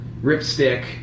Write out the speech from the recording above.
Ripstick